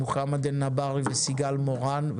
מוחמד אלנברי וסיגל מורן.